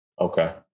Okay